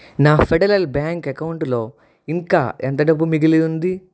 నా Federal Bank అకౌంటులో ఇంకా ఎంత డబ్బు మిగిలి ఉంది